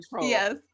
yes